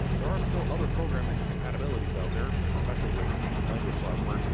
there are still other program incompatibilities out there, especially with machine language software.